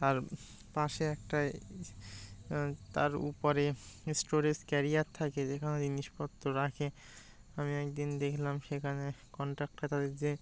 তার পাশে একটা তার উপরে স্টোরেজ ক্যারিয়ার থাকে যেখানে জিনিসপত্র রাখে আমি একদিন দেখলাম সেখানে কন্ডাক্টর তাদের যে